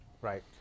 Right